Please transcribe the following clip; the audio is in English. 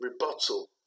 rebuttal